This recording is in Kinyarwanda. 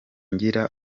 ngira